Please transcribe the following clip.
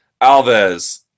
Alves